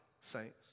saints